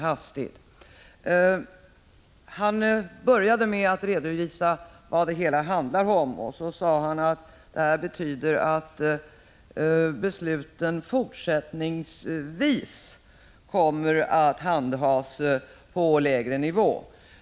Han började med att redogöra för vad ärendet handlar om och sade att förslaget innebär att besluten fortsättningsvis kommer att handhas på lägre nivå.